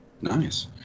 Nice